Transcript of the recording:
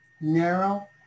narrow